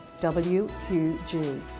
wqg